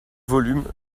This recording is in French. volume